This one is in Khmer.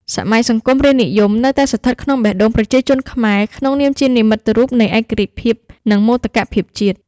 សម័យសង្គមរាស្រ្តនិយមនៅតែស្ថិតក្នុងបេះដូងប្រជាជនខ្មែរក្នុងនាមជានិមិត្តរូបនៃឯករាជ្យភាព និងមោទកភាពជាតិ។